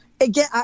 Again